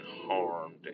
harmed